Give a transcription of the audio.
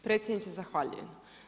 Predsjedniče zahvaljujem.